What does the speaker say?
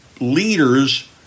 Leaders